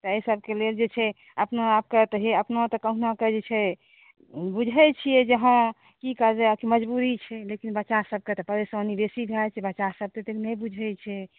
तऽ एहि सबकेँ लेल जे छै अपना आपकेँ तऽ हे अपना तऽ कहुना कऽ जे छै बुझैत छियै जे हँ की कयल जाय मज़बूरी छै लेकिन बच्चा सबकेँ तऽ परेशानी बेसी भए जाइत छै बच्चा सब ओतेक नहि बुझैत छै